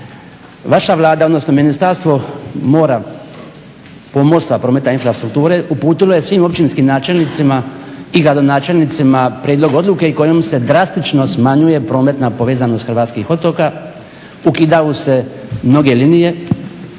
Vaša Vlada, odnosno Ministarstvo mora, pomorstva, prometa, infrastrukture uputilo je svim općinskim načelnicima i gradonačelnicima prijedlog odluke kojom se drastično smanjuje prometna povezanost hrvatskih otoka. Ukidaju se mnoge linije.